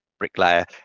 bricklayer